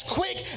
quick